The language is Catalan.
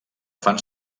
fan